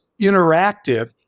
interactive